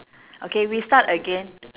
okay we start again